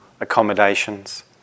accommodations